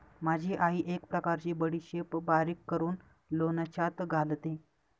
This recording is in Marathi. माझी आई एक प्रकारची बडीशेप बारीक करून लोणच्यात घालते